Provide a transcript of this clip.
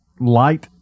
light